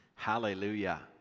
Hallelujah